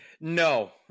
no